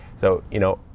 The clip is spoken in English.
so, you know,